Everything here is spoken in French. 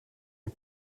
aux